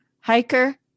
hiker